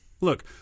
Look